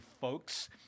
folks